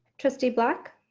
trustee black.